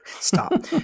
Stop